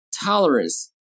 tolerance